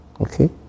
okay